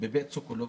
בבית סוקולוב,